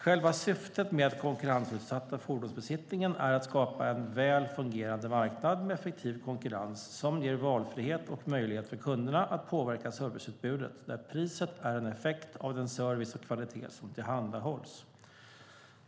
Själva syftet med att konkurrensutsätta fordonsbesiktningen är att skapa en väl fungerande marknad med effektiv konkurrens som ger valfrihet och möjlighet för kunderna att påverka serviceutbudet, där priset är en effekt av den service och kvalitet som tillhandahålls.